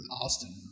Austin